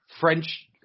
French –